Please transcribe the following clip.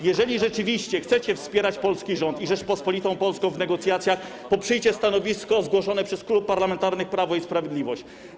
Jeżeli rzeczywiście chcecie wspierać polski rząd i Rzeczpospolitą Polską w negocjacjach, poprzyjcie stanowisko zgłoszone przez Klub Parlamentarny Prawo i Sprawiedliwość.